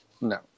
No